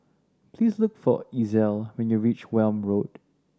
please look for Ezell when you reach Welm Road